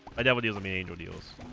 i doubt what deals on the angel deals